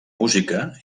música